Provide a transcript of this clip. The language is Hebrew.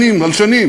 שנים על שנים,